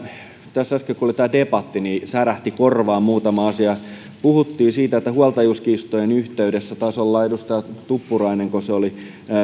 tässä äsken kun oli tämä debatti särähti korvaan muutama asia puhuttiin siitä että huoltajuuskiistojen yhteydessä edustaja tuppurainenko se oli